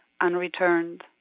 unreturned